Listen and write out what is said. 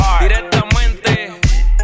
directamente